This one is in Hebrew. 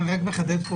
מבחינתם.